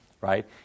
right